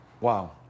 wow